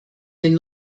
den